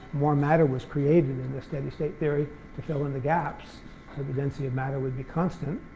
more matter was created in the steady state theory to fill in the gaps so the density of matter would be constant.